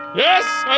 yes,